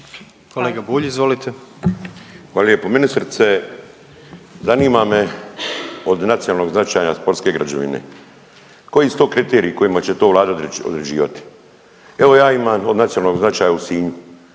**Bulj, Miro (MOST)** Hvala lijepo. Ministrice zanima me od nacionalnog značaja sportske građevine, koji su to kriteriji kojima će to Vlada određivati. Evo ja imam od nacionalnog značaja u Sinju,